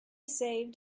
saved